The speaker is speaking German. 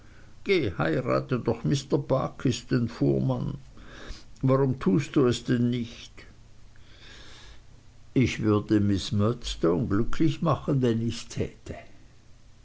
heirate doch mr barkis den fuhrmann warum tust du es denn nicht ich würde miß murdstone glücklich machen wenn ichs täte